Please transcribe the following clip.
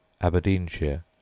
Aberdeenshire